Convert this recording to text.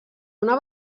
una